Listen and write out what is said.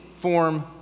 form